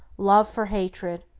love for hatred,